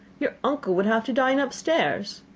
your uncle would have to dine upstairs.